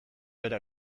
bera